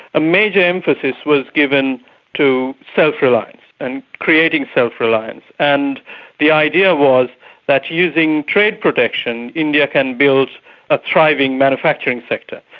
a major emphasis was given to self-reliance and creating self-reliance. and the idea was that using trade protection, india can build a thriving manufacturing sector.